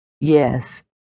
Yes